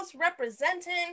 representing